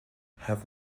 have